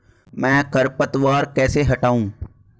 मैं खरपतवार कैसे हटाऊं?